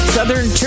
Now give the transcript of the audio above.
Southern